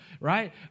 right